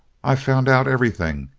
i've found out everything,